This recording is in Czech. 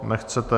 Nechcete.